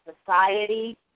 society